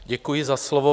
Děkuji za slovo.